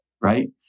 right